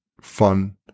fun